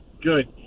good